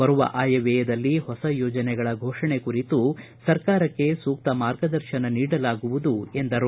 ಬರುವ ಆಯವ್ದಯದಲ್ಲಿ ಹೊಸ ಯೋಜನೆಗಳ ಫೋಷಣೆ ಕುರಿತು ಸರ್ಕಾರಕ್ಕೆ ಸೂಕ್ತ ಮಾರ್ಗದರ್ಶನ ಮಾಡಲಾಗುವುದು ಎಂದರು